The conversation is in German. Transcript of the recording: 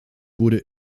wurde